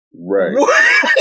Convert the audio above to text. Right